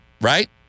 Right